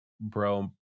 bro